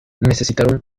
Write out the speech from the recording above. necesitaron